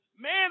Man